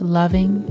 loving